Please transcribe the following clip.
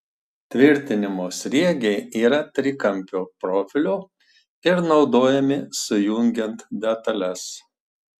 tvirtinimo sriegiai yra trikampio profilio ir naudojami sujungiant detales